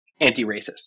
anti-racist